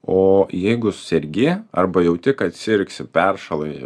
o jeigu sergi arba jauti kad sirgsi peršalai